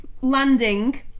Landing